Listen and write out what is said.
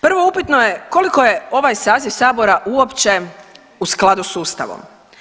Prvo, upitno je koliko je ovaj saziv Sabora uopće u skladu s Ustavom.